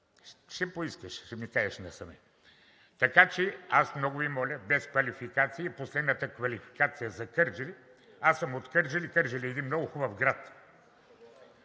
Ще поискаш, ще ми кажеш насаме! Много Ви моля без квалификации! Последната квалификация за Кърджали… Аз съм от Кърджали. Кърджали е един много хубав град.